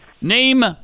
Name